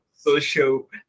social